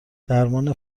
درمان